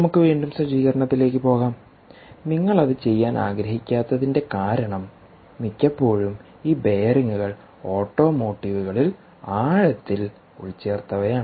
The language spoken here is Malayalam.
നമുക്ക് വീണ്ടും സജ്ജീകരണത്തിലേക്ക് പോകാം നിങ്ങൾ അത് ചെയ്യാൻ ആഗ്രഹിക്കാത്തതിന്റെ കാരണം മിക്കപ്പോഴും ഈ ബെയറിംഗുകൾ ഓട്ടോമോട്ടീവുകളിൽ ആഴത്തിൽ ഉൾച്ചേർത്തവയാണ്